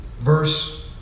Verse